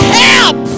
help